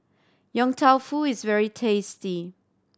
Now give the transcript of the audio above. Yong Tau Foo is very tasty